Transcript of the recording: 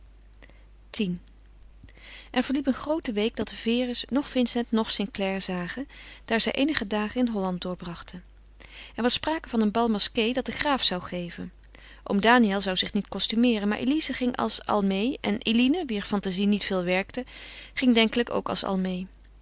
x er verliep een groote week dat de vere's noch vincent noch st clare zagen daar zij eenige dagen in holland doorbrachten er was sprake van een bal masqué dat de graaf zou geven oom daniël zou zich niet costumeeren maar elize ging als almée en eline wier fantazie niet veel werkte ging denkelijk ook als almée